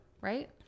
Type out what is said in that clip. Right